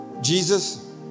Jesus